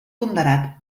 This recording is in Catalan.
ponderat